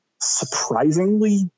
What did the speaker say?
surprisingly